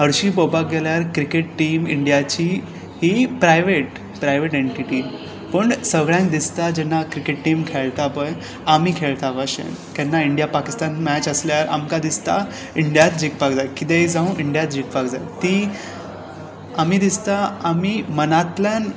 हरशी पळोवपाक गेल्यार क्रिकेट टीम इंडियाची ही प्रायवेट प्रायवेट एनटीटी पूण सगळ्यांक दिसता जेन्ना क्रिकेट टीम खेळटा पळय आमी खेळटा बाशेन केन्ना इंडिया पाकिस्तान मॅच आसल्यार आमकां दिसता इंडियाच जिखपाक जाय कितेंय जावं इंडियाच जिखपाक जाय ती आनी दिसता आमी मनातल्यान